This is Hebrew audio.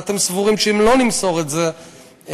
ואתם סבורים שאם לא נמסור את זה לפלסטינים,